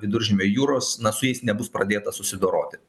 viduržemio jūros na su jais nebus pradėta susidoroti